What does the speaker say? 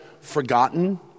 forgotten